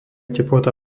teplota